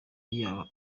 yaba